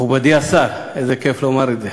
מכובדי השר, איזה כיף לומר את זה,